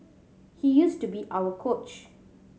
he used to be our coach